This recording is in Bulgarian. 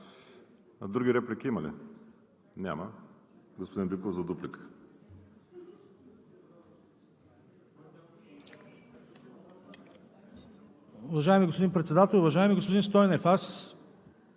Други реплики има ли? Няма. Господин Биков – за дуплика.